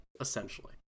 Essentially